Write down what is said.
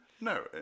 No